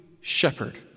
shepherd